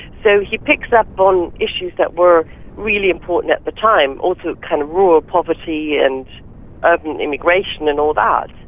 so he picks up on issues that were really important at the time, also kind of rural poverty and urban and immigration and all that.